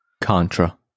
Contra